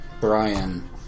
Brian